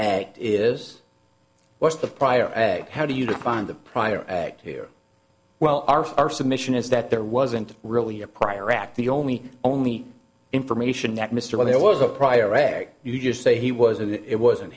is what's the prior ag how do you define the prior act here well our our submission is that there wasn't really a prior act the only only information that mr when there was a prior rag you just say he was and it wasn't